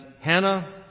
Hannah